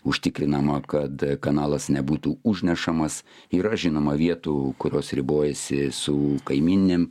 užtikrinama kad kanalas nebūtų užnešamas yra žinoma vietų kurios ribojasi su kaimyninėm